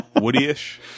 Woody-ish